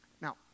Now